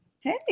Hey